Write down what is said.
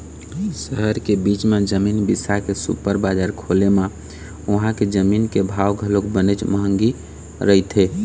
सहर के बीच म जमीन बिसा के सुपर बजार खोले म उहां के जमीन के भाव घलोक बनेच महंगी रहिथे